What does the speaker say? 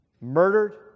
Murdered